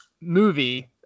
movie